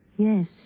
Yes